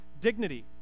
dignity